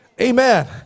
Amen